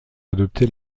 adopté